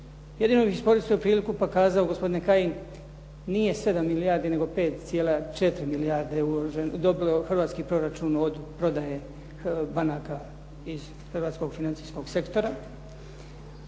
Jedino bih iskoristio priliku pa kazao gospodine Kajin, nije 7 milijardi, nego 5,4 milijardi eura dobilo hrvatski proračun od prodaje banaka iz hrvatskog financijskog sektora,